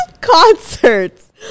Concerts